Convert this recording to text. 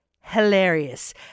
hilarious